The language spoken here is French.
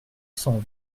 cent